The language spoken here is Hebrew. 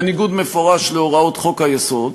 בניגוד מפורש להוראות חוק-היסוד,